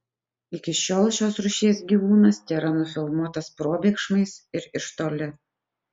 iki šiol šios rūšies gyvūnas tėra nufilmuotas probėgšmais ir iš toli